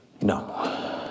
No